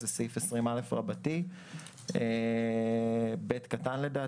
זה סעיף 20א רבתי סעיף קטן (ב),